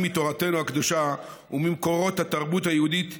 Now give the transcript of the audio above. מתורתנו הקדושה וממקורות התרבות היהודית,